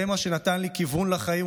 זה מה שנתן לי כיוון לחיים,